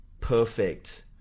perfect